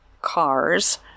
cars